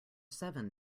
seven